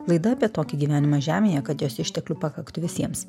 laida apie tokį gyvenimą žemėje kad jos išteklių pakaktų visiems